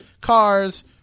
cars